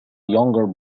younger